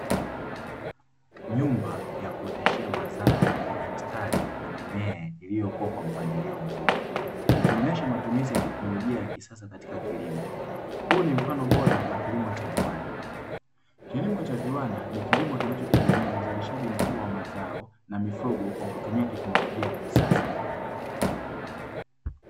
Nyumba ya kuoteshea mazao yenye mstari na mimea iliyokua kwa mpangilio mzuri, ikionyesha matumizi ya teknolojia ya kisasa katika kilimo. Huu ni mfano bora wa kilimo cha viwanda, kilimo cha viwanda ni kilimo kinachotegemea uzalishaji mkubwa wa mazao na mifugo kwa kutumia teknolojia ya kisasa.